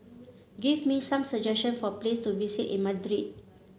give me some suggestion for places to visit in Madrid